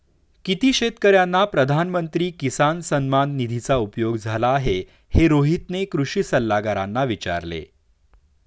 किती शेतकर्यांना प्रधानमंत्री किसान सन्मान निधीचा उपयोग झाला आहे, हे रोहितने कृषी सल्लागारांना विचारले